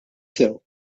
sew